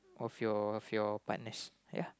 of your of your partners